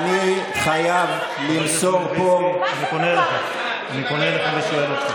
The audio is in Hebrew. אני מבקש להוריד אותו, כמו שהורדת את,